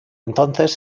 entonces